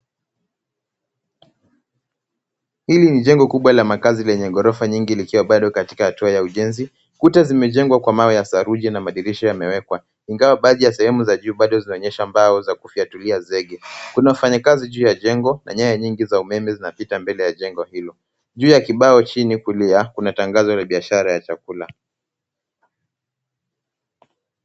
Hili ni jengo kubwa la makazi lenye gorofa nyingi likiwa bado katika hatua ya ujenzi. Kuta zimejengwa kwa mawe ya saruji na madirisha yamewekwa. Ingawa baadhi ya sehemu za juu bado zinaonyesha mbao za kufyatulia zege. Kuna wafanyakazi juu ya jengo na nyaya nyingi za umeme zinapita mbele ya jengo hilo. Juu ya kibao chini kulia, kuna tangazo la biashara ya chakula.